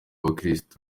abakristu